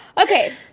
Okay